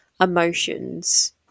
emotions